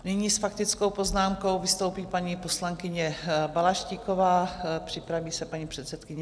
Nyní s faktickou poznámkou vystoupí paní poslankyně Balaštíková, připraví se paní předsedkyně Schillerová.